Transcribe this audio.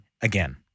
again